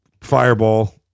fireball